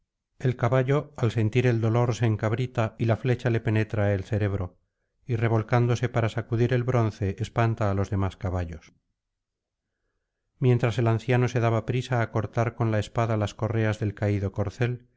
el caballo al sentir el dolor se encabrita y la flecha le penetra el cerebro y revolcándose para sacudir el bronce espanta á los demás caballos mientras el anciano se daba prisa á cortar con la espada las correas del caído corcel